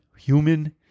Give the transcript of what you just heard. human